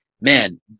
man